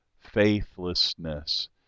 faithlessness